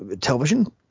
television